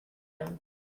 him